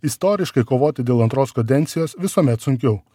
istoriškai kovoti dėl antros kadencijos visuomet sunkiau